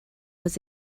was